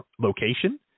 location